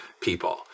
people